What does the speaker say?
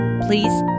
Please